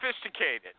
sophisticated